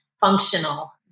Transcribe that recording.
functional